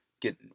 get